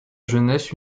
jeunesse